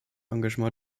engagement